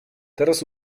teraz